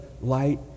light